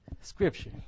scripture